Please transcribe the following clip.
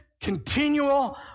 continual